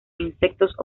insectos